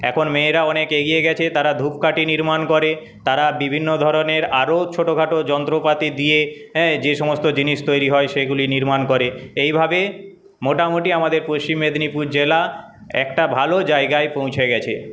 এখন মেয়েরা অনেক এগিয়ে গেছে তারা ধূপকাঠি নির্মাণ করে তারা বিভিন্ন ধরণের আরও ছোটো খাটো যন্ত্রপাতি দিয়ে হ্যাঁ যে সমস্ত জিনিস তৈরি হয় সেইগুলি নির্মাণ করে এইভাবে মোটামুটি আমাদের পশ্চিম মেদিনীপুর জেলা একটা ভালো জায়গায় পৌঁছে গেছে